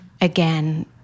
again